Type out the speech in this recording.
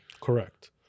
Correct